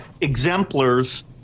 exemplars